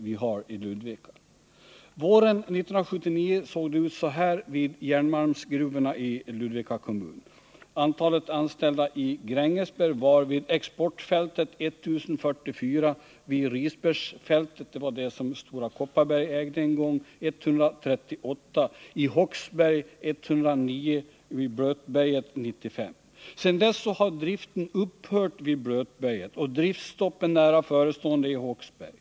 Våren 1979 såg det ut så här vid järnmalmsgruvorna i Ludvika kommun: Antal anställda var i Grängesberg vid Exportfältet 1044, vid Risbergsfältet, som Stora Kopparberg en gång ägde, 138, vid Håksberg 109 och vid Blötberget 95. Sedan dess har driften upphört vid Blötberget, och driftstopp är nära förestående vid Håksberg.